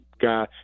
guy